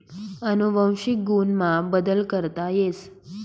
अनुवंशिक गुण मा बदल करता येस